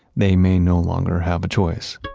may may no longer have a choice